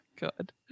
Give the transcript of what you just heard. God